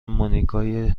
مونیکای